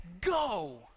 go